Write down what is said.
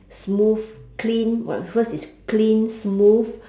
smooth clean but first is clean smooth